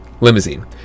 limousine